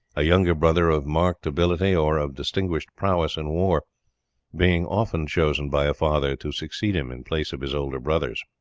a younger brother of marked ability or of distinguished prowess in war being often chosen by a father to succeed him in place of his elder brothers.